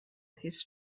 his